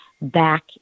back